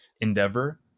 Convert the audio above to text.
endeavor